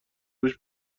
پوش